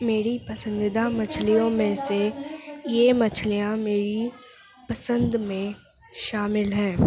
میری پسندیدہ مچھلیوں میں سے یہ مچھلیاں میری پسند میں شامل ہیں